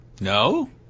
No